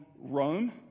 Rome